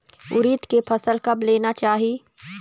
उरीद के फसल कब लेना चाही?